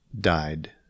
died